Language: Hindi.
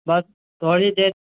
तब थोड़ी देर